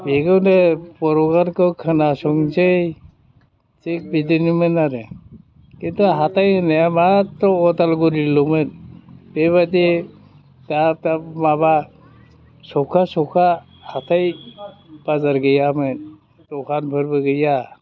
बेखौनो बर' गानखौ खोनासंनोसै थिग बिदिनोमोन आरो खिन्थु हाथाय होननाया माथ्र' उदालगुरिल'मोन बेबायदि दाब दाब माबा सौखा सौखा हाथाय बाजार गैयामोन दखानफोरबो गैया